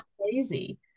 crazy